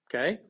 Okay